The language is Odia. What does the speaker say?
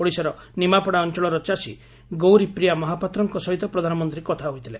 ଓଡ଼ିଶାର ନିମାପଡ଼ା ଅଞ୍ଚଳର ଚାଷୀ ଗୌରୀପ୍ରିୟା ମହାପାତ୍ରଙ୍କ ସହିତ ପ୍ରଧାନମନ୍ତୀ କଥା ହୋଇଥିଲେ